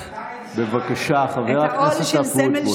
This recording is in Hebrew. את עדיין שרה, בבקשה, חבר הכנסת אבוטבול.